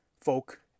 folk